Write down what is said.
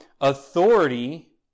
authority